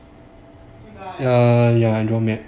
err ya ya I draw map